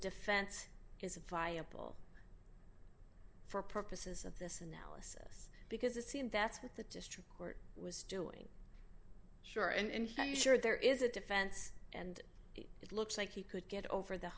defense is a flyable for purposes of this analysis because it seemed that's what the district court was doing sure and in fact sure there is a defense and it looks like he could get over the